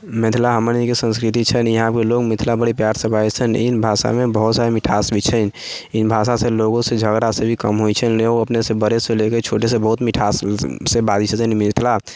मिथिला हमनीके संस्कृति छनि इहाँपे लोग मिथिला बड़ी प्यारसँ बाजै छनि इन भाषामे बहुत सारी मिठास भी छनि इन भाषासँ लोगोसँ झगड़ा से भी कम होइ छनि लोग अपनेसँ बड़ेसँ लेके छोटेसँ बहुत मिठाससँ बाजै छथिन मिथिला